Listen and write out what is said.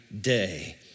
day